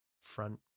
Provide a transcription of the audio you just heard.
front